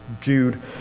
Jude